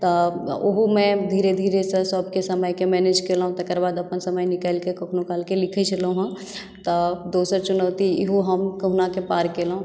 तऽ ओहो मे धीरे धीरे सभक समयकेँ मैनेज केलहुँ तकर बाद अपन समय निकालिके कखनो कालकऽ लिखै छलहुँ तऽ दोसर चुनौती इहो हम कहुना कऽ पार केलहुँ